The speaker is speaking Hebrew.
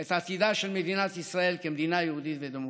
את עתידה של מדינת ישראל כמדינה יהודית ודמוקרטית.